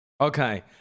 Okay